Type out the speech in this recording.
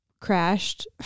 crashed